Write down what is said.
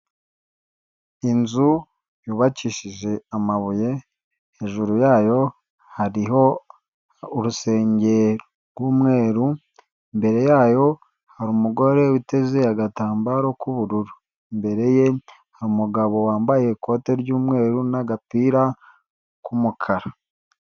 Inzu yubakishije amabuye hejuru yayo hariho urusenge rw'umweru, imbere yayo hari umugore witeze agatambaro k'ubururu, imbere ye hari umugabo wambaye ikote ry'umweru n'agapira k'umukara.